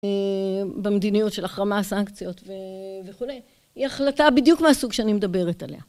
במדיניות של החרמה סנקציות וכולי, היא החלטה בדיוק מהסוג שאני מדברת עליה.